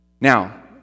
Now